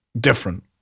different